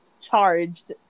charged